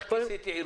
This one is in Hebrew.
החיבור של עיר